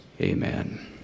amen